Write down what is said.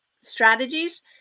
strategies